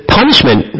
punishment